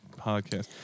podcast